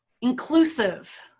inclusive